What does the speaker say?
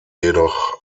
jedoch